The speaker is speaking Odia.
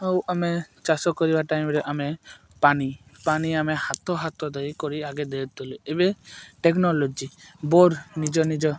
ଆଉ ଆମେ ଚାଷ କରିବା ଟାଇମ୍ରେ ଆମେ ପାଣି ପାଣି ଆମେ ହାତ ହାତ ଦେଇ କରି ଆଗେ ଦେଇଥିଲୁ ଏବେ ଟେକ୍ନୋଲୋଜି ବୋର୍ ନିଜ ନିଜ